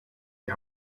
die